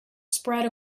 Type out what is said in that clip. spread